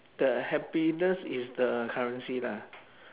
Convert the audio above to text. the happiness is the currency lah